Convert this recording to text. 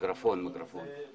הדיון הזה.